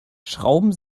schrauben